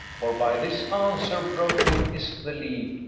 for by this answer broken is the league,